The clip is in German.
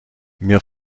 mir